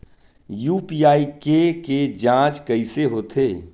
UPI के के जांच कइसे होथे?